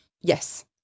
yes